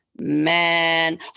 man